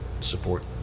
support